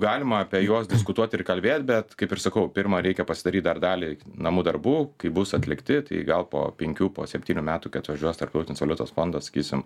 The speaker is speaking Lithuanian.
galima apie juos diskutuot ir kalbėt bet kaip ir sakau pirma reikia pasidaryt dar dalį namų darbų kaip bus atlikti tai gal po penkių po septynių metų kai atvažiuos tarptautinis valiutos fondas sakysim